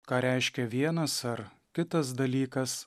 ką reiškia vienas ar kitas dalykas